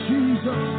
Jesus